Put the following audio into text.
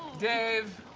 dave,